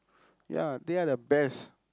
ya they are the best